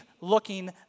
looking